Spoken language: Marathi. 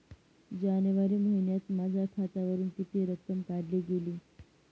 जानेवारी महिन्यात माझ्या खात्यावरुन किती रक्कम काढली गेली?